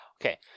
Okay